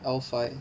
L five